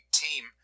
team